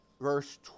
verse